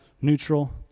neutral